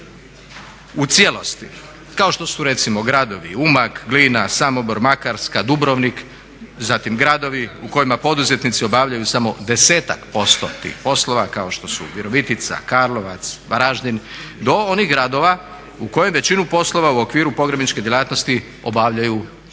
u cijelosti, kao što su recimo gradovi Umag, Glina, Samobor, Makarska, Dubrovnik. Zatim gradovi u kojima poduzetnici obavljaju samo 10-ak posto tih poslova kao što su Virovitica, Karlovac, Varaždin, do onih gradova u kojima većinu poslova u okviru pogrebničke djelatnosti obavljaju poduzetnici.